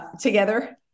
together